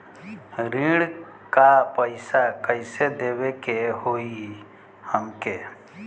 ऋण का पैसा कइसे देवे के होई हमके?